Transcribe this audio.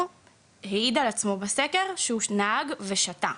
העיד על עצמו בסקר שהוא נהג ושתה,